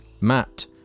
Matt